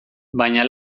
baina